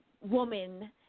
woman